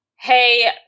hey